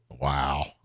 Wow